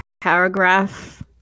paragraph